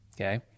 Okay